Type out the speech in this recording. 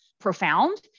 profound